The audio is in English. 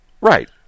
Right